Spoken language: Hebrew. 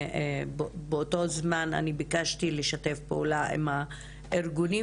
באותו הזמן אני ביקשתי לשתף פעולה עם הארגונים